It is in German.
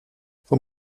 vom